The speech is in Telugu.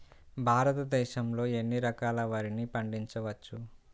భారతదేశంలో ఎన్ని రకాల వరిని పండించవచ్చు